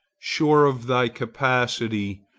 sure of thy capacity,